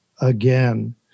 again